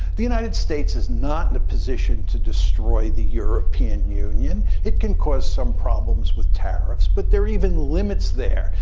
the united states is not in a position to destroy the european union. it can cause some problems with tariffs, but there are even limits there.